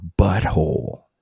butthole